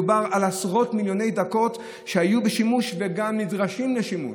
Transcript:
מדובר על עשרות מיליוני דקות שהיו בשימוש וגם נדרשים לשימוש,